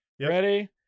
Ready